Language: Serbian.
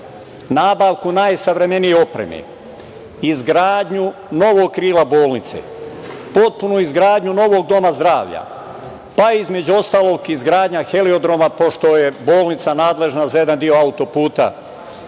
nabavku najsavremenije opreme, izgradnju novog krila bolnice, potpunu izgradnju novog doma zdravlja, pa i između ostalog izgradnja heliodroma pošto je bolnica nadležna za jedan deo auto-puta